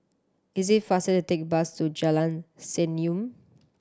it is faster to take the bus to Jalan Senyum